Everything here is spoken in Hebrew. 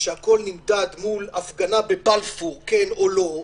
כשהכול נמדד מול הפגנה בבלפור כן או לא,